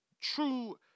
true